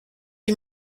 die